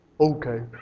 Okay